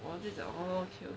这种